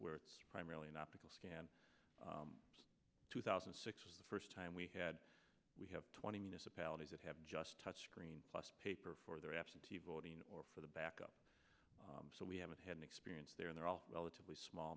where it's primarily an optical scan two thousand and six the first time we had we have twenty municipalities of have just touch screen paper for their absentee voting or for the backup so we haven't had an experience there and they're all relatively small